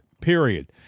period